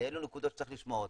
אלו נקודות שצריך לשמוע אותן.